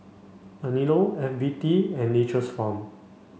Anello F B T and Nature's Farm